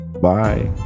Bye